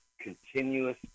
continuous